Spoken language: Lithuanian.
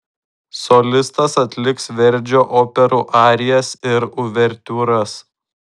solistas atliks verdžio operų arijas ir uvertiūras